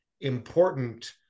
important